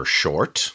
short